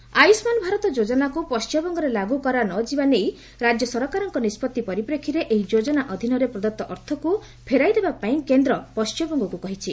ଆୟୁଷ୍ମାନ ଭାରତ ଆୟୁଷ୍ମାନ ଭାରତ ଯୋଜନାକୁ ପଣ୍ଟିମବଙ୍ଗରେ ଲାଗୁ କରା ନ ଯିବା ନେଇ ରାଜ୍ୟ ସରକାରଙ୍କ ନିଷ୍ପଭି ପରିପ୍ରେକ୍ଷୀରେ ଏହି ଯୋଜନା ଅଧୀନରେ ପ୍ରଦତ୍ତ ଅର୍ଥକୁ ଫେରାଇ ଦେବାପାଇଁ କେନ୍ଦ୍ର ପଣ୍ଟିମବଙ୍ଗକୁ କହିଛି